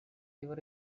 river